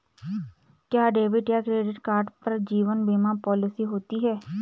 क्या डेबिट या credit card पर जीवन बीमा पॉलिसी होती है?